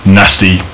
nasty